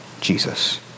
Jesus